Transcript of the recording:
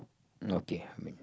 okay